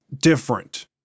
different